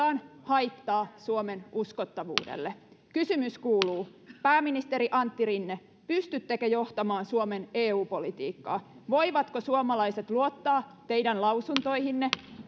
on haittaa suomen uskottavuudelle kysymys kuuluu pääministeri antti rinne pystyttekö johtamaan suomen eu politiikkaa voivatko suomalaiset luottaa teidän lausuntoihinne